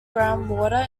groundwater